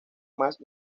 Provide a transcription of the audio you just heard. más